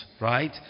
right